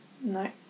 no